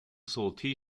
sold